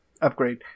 upgrade